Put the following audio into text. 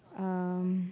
um